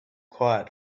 quiet